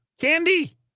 candy